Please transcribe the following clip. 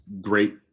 great